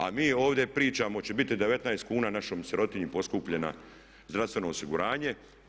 A mi ovdje pričamo hoće biti 19 kuna našoj sirotinji poskupljeno zdravstveno osiguranje.